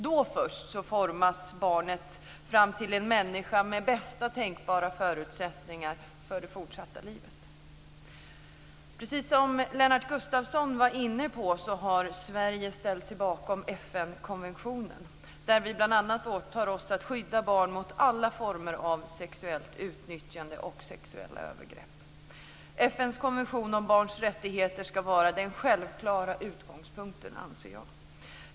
Då först formas barnet till en människa med bästa tänkbara förutsättningar för det fortsatta livet. Precis som Lennart Gustavsson var inne på har Sverige ställt sig bakom FN-konventionen där vi bl.a. åtar oss att skydda barn mot alla former av sexuellt utnyttjande och sexuella övergrepp. FN:s konvention om barns rättigheter ska vara den självklara utgångspunkten.